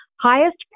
Highest